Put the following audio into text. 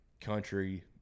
Country